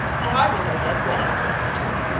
i hardly know yet what i am going to do.